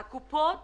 הקופות